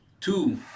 two